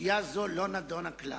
סוגיה זו לא נדונה כלל.